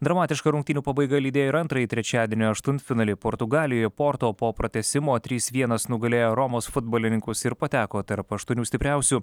dramatiška rungtynių pabaiga lydėjo ir antrąjį trečiadienio aštuntfinalį portugalijoje porto po pratęsimo trys vienas nugalėjo romos futbolininkus ir pateko tarp aštuonių stipriausių